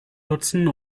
nutzen